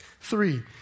Three